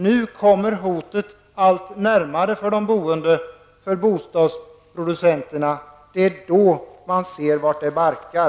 Nu kommer hotet allt närmare de boende och bostadsproducenterna. Det är då man ser vart det barkar.